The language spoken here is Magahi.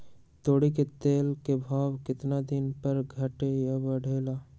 तोरी के तेल के भाव केतना दिन पर घटे ला बढ़े ला?